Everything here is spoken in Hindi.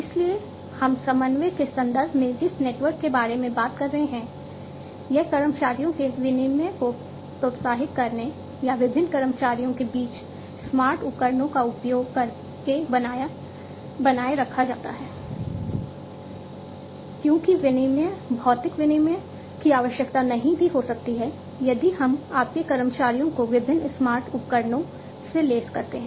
इसलिए हम समन्वय के संदर्भ में जिस नेटवर्क के बारे में बात कर रहे हैं यह कर्मचारियों के विनिमय को प्रोत्साहित करने या विभिन्न कर्मचारियों के बीच स्मार्ट उपकरणों का उपयोग करके बनाए रखा जाता है क्योंकि विनिमय भौतिक विनिमय की आवश्यकता नहीं भी हो सकती है यदि हम आपके कर्मचारियों को विभिन्न स्मार्ट उपकरणों से लैस करते हैं